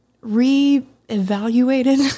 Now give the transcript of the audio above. re-evaluated